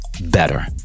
better